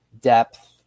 depth